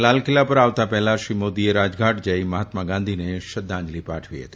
લાલ કિલ્લા પર આવતા પહેલા શ્રી મોદીએ રાજઘાટ જઈ મહાત્મા ગાંધીને શ્રધ્ધાંજલિ પાઠવી હતી